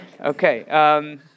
Okay